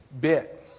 bit